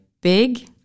big